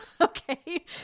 okay